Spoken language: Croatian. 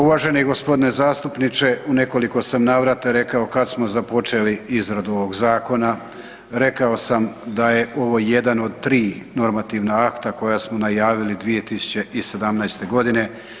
Uvaženi gospodine zastupniče u nekoliko sam navrata rekao kad smo započeli izradu ovog zakona, rekao sam da je ovo jedan od 3 normativna akta koja smo najavili 2017. godine.